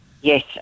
Yes